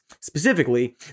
specifically